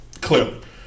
Clearly